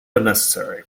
unnecessary